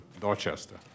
Dorchester